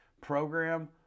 program